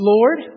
Lord